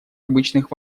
обычных